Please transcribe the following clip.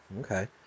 Okay